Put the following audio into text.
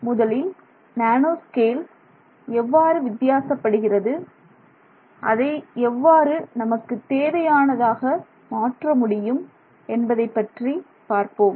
முதலில் nano scale எவ்வாறு வித்தியாசப்படுகிறது அதை எவ்வாறு நமக்குத் தேவையானதாக மாற்ற முடியும் என்பதைப்பற்றி பார்ப்போம்